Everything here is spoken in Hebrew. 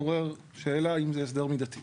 אני חושב שאין דבר יותר נכון מזה.